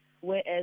whereas